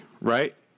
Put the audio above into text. right